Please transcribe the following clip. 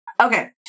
okay